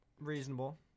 Reasonable